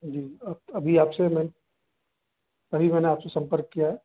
जी अप अभी आपसे मैं अभी मैंने आपसे सम्पर्क किया है